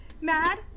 Mad